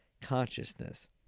consciousness